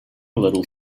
little